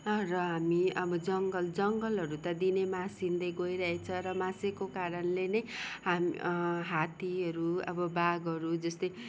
र हामी अब जङ्गल जङ्गलहरू त दिनै मासिँदै गइरहेछ र मासेको कारणले नै हाम् हात्तीहरू अब बाघहरू जस्तै